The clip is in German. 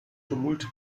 tumulte